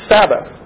Sabbath